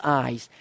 eyes